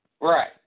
Right